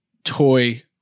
toy